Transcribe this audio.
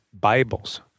Bibles